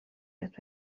بهت